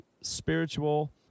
spiritual